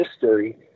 history